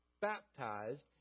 baptized